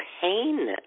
Pain